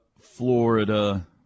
Florida